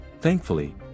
thankfully